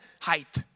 height